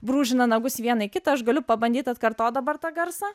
brūžina nagus vieną į kitą aš galiu pabandyt atkartot dabar tą garsą